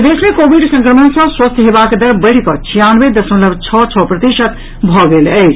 प्रदेश मे कोविड संक्रमण सँ स्वस्थ हेबाक दर बढ़िकऽ छियानवे दशमलव छओ छओ प्रतिशत भऽ गेल अछि